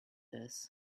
this